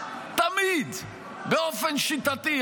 תמיד, באופן שיטתי.